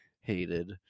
hated